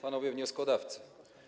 Panowie Wnioskodawcy!